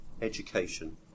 education